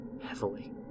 heavily